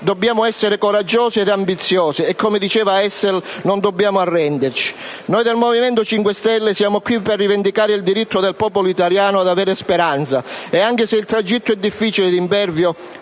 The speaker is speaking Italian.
Dobbiamo essere coraggiosi ed ambiziosi e, come diceva Hessel, non dobbiamo arrenderci. Noi del Movimento 5 Stelle siamo qui per rivendicare il diritto del popolo italiano ad avere speranza ed anche se il tragitto è difficile ed impervio,